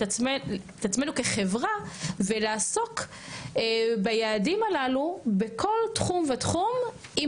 עצמנו כחברה ולעסוק ביעדים הללו בכל תחום ותחום אם